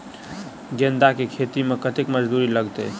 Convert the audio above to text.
गेंदा केँ खेती मे कतेक मजदूरी लगतैक?